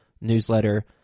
newsletter